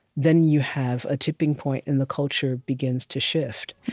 then you have a tipping point, and the culture begins to shift.